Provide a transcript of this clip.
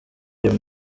ayo